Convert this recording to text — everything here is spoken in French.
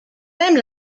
même